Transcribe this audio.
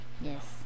Yes